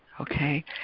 okay